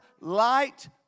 light